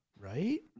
Right